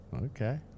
Okay